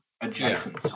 adjacent